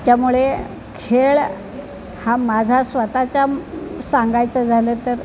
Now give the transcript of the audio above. त्यामुळे खेळ हा माझा स्वतःच्या सांगायचं झालं तर